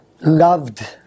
loved